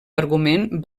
argument